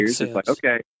okay